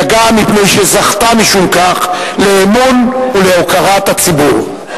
אלא גם מפני שזכתה משום כך באמון ובהוקרת הציבור.